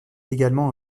également